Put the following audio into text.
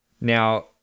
Now